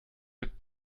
mit